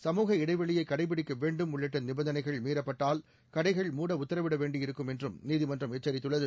சமூக இடைவெளியை கடைபிடிக்க வேண்டும் உள்ளிட்ட நிபந்தனைகள் மீறப்பட்டால் கடைகள் மூட உத்தரவிட வேண்டியிருக்கும் என்றும் நீதிமன்றம் எச்சித்துள்ளது